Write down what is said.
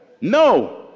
No